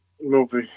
Movie